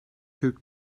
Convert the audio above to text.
türk